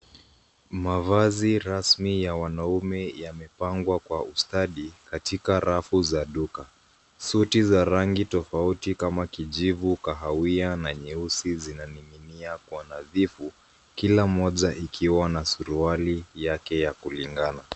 Mavazi rasmi ya wanaume yamepangwa kwa ustadi katika rafu za duka. Suti za rangi tofauti kama kijivu, kahawia na nyeusi zinaning'inia kwa nadhifu kila moja ikiwa na suruali yake ya kulingana.